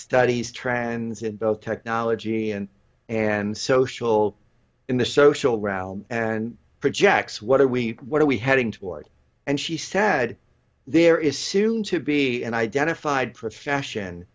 studies trends in both technology and and social in the social round and projects what are we what are we heading toward and she said there is soon to be an identified